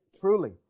Truly